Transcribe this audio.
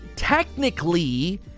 Technically